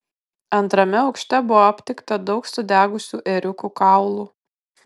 antrame aukšte buvo aptikta daug sudegusių ėriukų kaulų